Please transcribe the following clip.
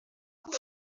igice